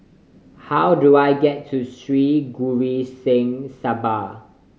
how do I get to Sri Guru Singh Sabha